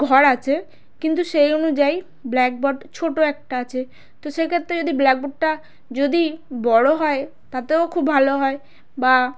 ঘর আছে কিন্তু সেই অনুযায়ী ব্ল্যাকবোর্ড ছোট একটা আছে তো সেক্ষেত্রে যদি ব্ল্যাকবোর্ডটা যদি বড় হয় তাতেও খুব ভালো হয় বা